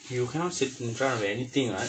you cannot sit in front of anything what